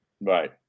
Right